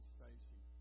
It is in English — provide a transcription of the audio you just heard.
Stacy